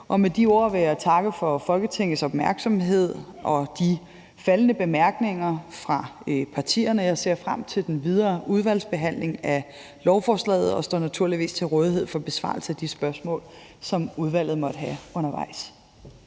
Med de ord vil jeg takke for Folketingets opmærksomhed og de faldne bemærkninger fra partierne, og jeg ser frem til den videre udvalgsbehandling af lovforslaget og står naturligvis til rådighed for besvarelse af de spørgsmål, som udvalget måtte have undervejs.